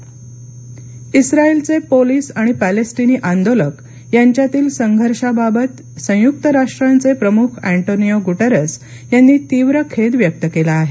Israel Palestine इस्राइलचे police आणि पॅलेस्टिनी आंदोलक यांच्यातील संघर्षाबाबत संयुक्त राष्ट्रांचे प्रमुख अँटोनिओ गुटेरस यांनी तीव्र खेद व्यक्त केला आहे